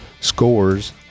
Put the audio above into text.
scores